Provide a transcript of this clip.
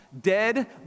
dead